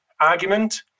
argument